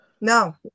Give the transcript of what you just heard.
No